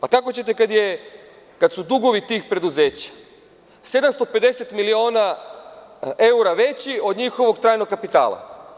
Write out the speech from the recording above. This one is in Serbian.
A kako ćete kad su dugovi tih preduzeća 750 miliona evra veći od njihovog trajnog kapitala?